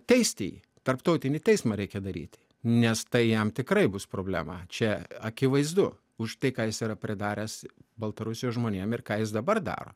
teisti jį tarptautinį teismą reikia daryti nes tai jam tikrai bus problema čia akivaizdu už tai ką jis yra pridaręs baltarusijos žmonėm ir ką jis dabar daro